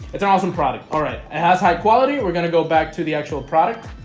it's an awesome product. alright, it has high quality we're gonna go back to the actual product.